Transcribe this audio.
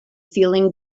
feeling